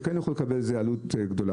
כן יכול לקבל את זה העלות היא גבוהה.